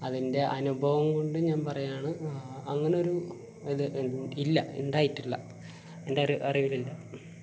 അതിൻ്റെ അനുഭവം കൊണ്ട് ഞാൻ പറയുകയാണ് അങ്ങനെ ഒരു ഇത് ഇല്ല ഉണ്ടായിട്ടില്ല എൻ്റെ ഒരു അറിവിലില്ല